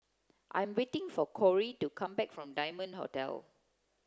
I'm waiting for Corrie to come back from Diamond Hotel